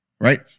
Right